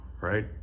right